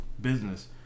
business